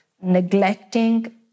Neglecting